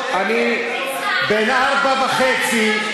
בן ארבע וחצי,